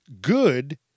Good